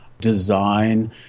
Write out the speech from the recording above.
design